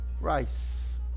rice